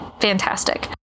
fantastic